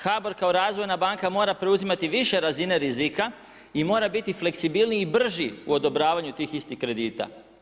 HBOR kao razvojna banka mora preuzimati više razine rizika i mora biti fleksibilniji i brži u odobravanju tih istih kredita.